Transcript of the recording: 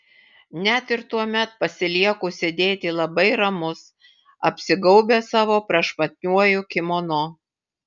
net ir tuomet pasilieku sėdėti labai ramus apsigaubęs savo prašmatniuoju kimono